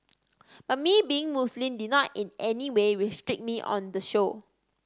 but me being Muslim did not in any way restrict me on the show